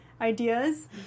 ideas